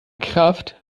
kraft